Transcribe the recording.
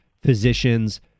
physicians